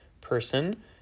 person